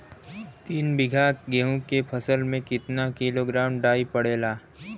तीन बिघा गेहूँ के फसल मे कितना किलोग्राम डाई पड़ेला?